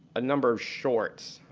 a number of shorts,